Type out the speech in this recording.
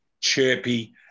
chirpy